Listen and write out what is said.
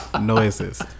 Noises